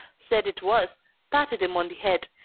said it was, patted him on the head,